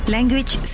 Language